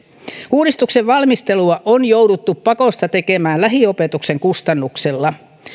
uudistuksen valmistelua on jouduttu pakosta tekemään lähiopetuksen kustannuksella